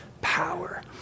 power